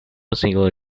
single